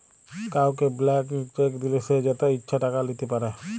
কাউকে blank cheque দিলে সে যত ইচ্ছা টাকা লিতে পারে